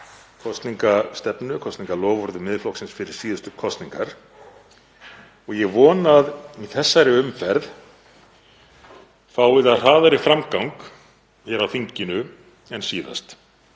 kosningastefnu, kosningaloforðum Miðflokksins fyrir síðustu kosningar. Ég vona að í þessari umferð fái það að hraðari framgang hér á þinginu en síðast